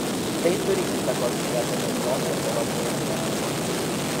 tai turi įtakos ir apie milijonui europoje gyvenančių britų